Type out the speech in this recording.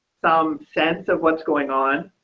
some sense of what's going on.